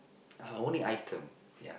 uh only item ya